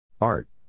Art